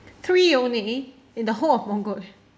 three only in the whole of mongo~